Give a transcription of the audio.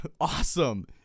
awesome